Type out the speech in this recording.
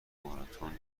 ماراتن